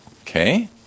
Okay